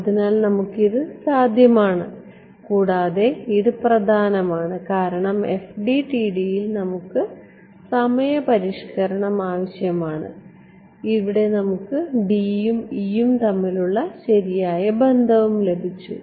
അതിനാൽ നമുക്ക് ഇത് സാധ്യമാണ് കൂടാതെ ഇത് പ്രധാനമാണ് കാരണം FDTD യിൽ നമുക്ക് സമയ പരിഷ്കരണം ആവശ്യമാണ് ഇവിടെ നമുക്ക് D യും E യും തമ്മിലുള്ള ശരിയായ ബന്ധം ലഭിച്ചു